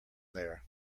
there